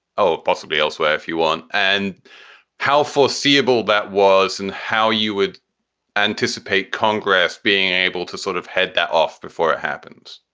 oh, possibly elsewhere. if you want. and how foreseeable that was and how you would anticipate congress being able to sort of head that off before it happens